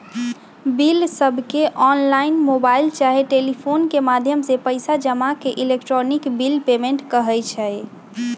बिलसबके online, mobile चाहे telephone के माध्यम से पइसा जमा के इलेक्ट्रॉनिक बिल पेमेंट कहई छै